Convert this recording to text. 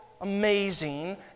amazing